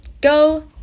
Go